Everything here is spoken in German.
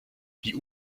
die